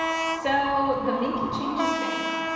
so the minky changes things.